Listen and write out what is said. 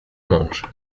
mąż